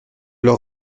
leur